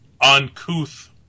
uncouth